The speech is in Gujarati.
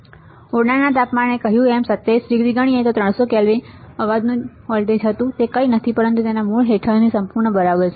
અને અમે ઓરડાના તાપમાને કહ્યું કે અમે 27 ડિગ્રી ગણીએ છીએ તેથી 300 કેલ્વિન કે જે અવાજનું વોલ્ટેજ હતું તે કંઈ નથી પણ તેના મૂળની હેઠળ સંપૂર્ણ બરાબર છે